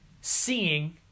seeing